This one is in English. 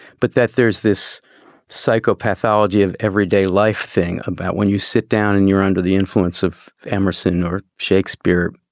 but that there's this psychopathology of everyday life thing about when you sit down and you're under the influence of emerson or shakespeare.